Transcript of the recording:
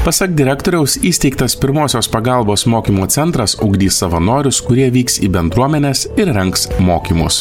pasak direktoriaus įsteigtas pirmosios pagalbos mokymo centras ugdys savanorius kurie vyks į bendruomenes ir rengs mokymus